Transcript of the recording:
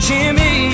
Jimmy